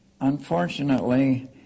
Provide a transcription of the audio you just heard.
unfortunately